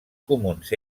comuns